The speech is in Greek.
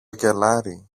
κελάρι